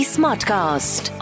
Smartcast